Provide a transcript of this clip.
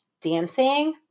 dancing